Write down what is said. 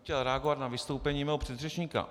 Chtěl bych reagovat na vystoupení svého předřečníka.